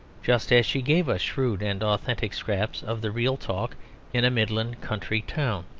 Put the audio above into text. just as she gave us shrewd and authentic scraps of the real talk in a midland country town.